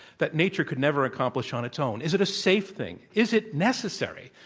that nature could never accomplish on its own? is it a safe thing? is it necessary?